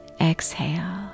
Exhale